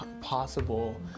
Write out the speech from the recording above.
possible